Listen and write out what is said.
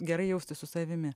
gerai jaustis su savimi